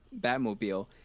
Batmobile